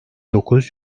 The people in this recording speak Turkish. dokuz